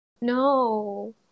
no